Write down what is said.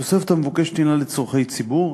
התוספת המבוקשת היא לצורכי ציבור,